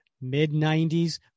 mid-90s